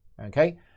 Okay